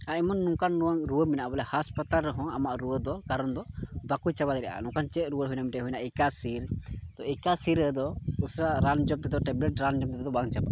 ᱟᱭᱢᱟ ᱱᱚᱝᱠᱟᱱ ᱱᱚᱝᱠᱟᱱ ᱨᱩᱣᱟᱹ ᱢᱮᱱᱟᱜᱼᱟ ᱵᱚᱞᱮ ᱦᱟᱥᱯᱟᱛᱟᱞ ᱨᱮᱦᱚᱸ ᱟᱢᱟᱜ ᱨᱩᱣᱟᱹ ᱫᱚ ᱠᱟᱨᱚᱱ ᱫᱚ ᱵᱟᱠᱚ ᱪᱟᱵᱟ ᱫᱟᱲᱮᱭᱟᱜᱼᱟ ᱱᱚᱝᱠᱟᱱ ᱪᱮᱫ ᱨᱩᱣᱟᱹ ᱦᱮᱱᱟᱜᱼᱟ ᱢᱤᱫᱴᱮᱱ ᱦᱩᱭᱱᱟ ᱮᱠᱟᱥᱤᱨ ᱮᱠᱟᱥᱤᱨᱟ ᱫᱚ ᱩᱥᱟᱹᱨᱟ ᱨᱟᱱ ᱡᱚᱢ ᱛᱮᱫᱚ ᱴᱮᱵᱽᱞᱮᱹᱴ ᱨᱟᱱ ᱡᱚᱢ ᱛᱮᱫᱚ ᱵᱟᱝ ᱪᱟᱵᱟᱜᱼᱟ